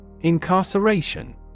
Incarceration